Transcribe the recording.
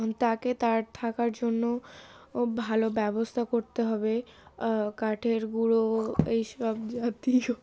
তাকে তার থাকার জন্য ভালো ব্যবস্থা করতে হবে কাঠের গুঁড়ো এই সব জাতি